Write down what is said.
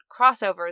crossovers